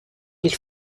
ils